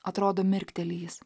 atrodo mirkteli jis